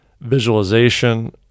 visualization